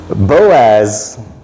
Boaz